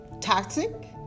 Toxic